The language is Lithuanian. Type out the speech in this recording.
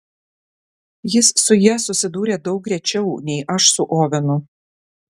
jis su ja susidūrė daug rečiau nei aš su ovenu